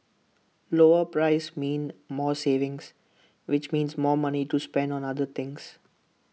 lower prices mean more savings which means more money to spend on other things